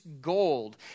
gold